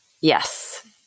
Yes